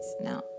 Now